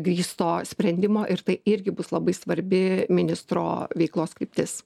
grįsto sprendimo ir tai irgi bus labai svarbi ministro veiklos kryptis